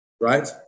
right